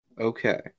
Okay